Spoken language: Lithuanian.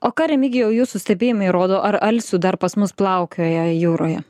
o ką remigijau jūsų stebėjimai rodo ar alsių dar pas mus plaukioja jūroje